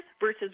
versus